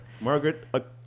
Margaret